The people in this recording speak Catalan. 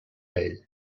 ell